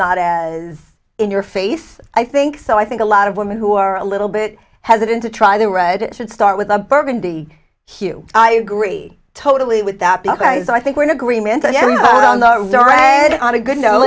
not as in your face i think so i think a lot of women who are a little bit hesitant to try the red should start with a burgundy hue i agree totally with that because i think we're in agreement on a good no